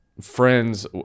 friends